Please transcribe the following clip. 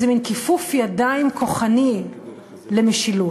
איזה מין כיפוף ידיים כוחני למשילות,